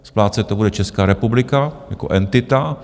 Splácet to bude Česká republika jako entita.